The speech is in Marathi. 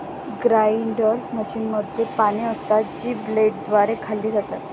ग्राइंडर मशीनमध्ये पाने असतात, जी ब्लेडद्वारे खाल्ली जातात